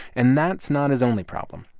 and that's not his only problem.